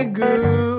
good